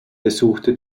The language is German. besuchte